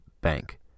bank